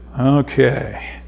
okay